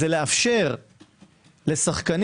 זה לאפשר לשחקנים,